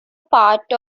part